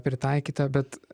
pritaikyta bet